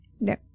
No